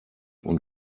und